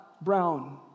brown